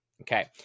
Okay